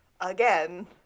Again